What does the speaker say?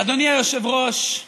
אדוני היושב-ראש,